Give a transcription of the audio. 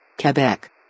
Quebec